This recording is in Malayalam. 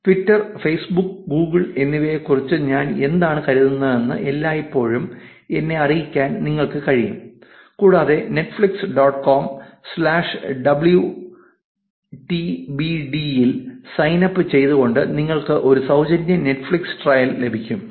ട്വിറ്റർ ഫെയ്സ്ബുക്ക് ഗൂഗിൾ എന്നിവയെ കുറിച്ച് ഞാൻ എന്താണ് കരുതുന്നതെന്ന് എല്ലായ്പ്പോഴും എന്നെ അറിയിക്കാൻ നിങ്ങൾക്ക് കഴിയും കൂടാതെ Netflix dot com slash W T B D ൽ സൈൻ അപ്പ് ചെയ്തുകൊണ്ട് നിങ്ങൾക്ക് ഒരു സൌജന്യ നെറ്റ്ഫ്ലിക്സ് ട്രയൽ ലഭിക്കും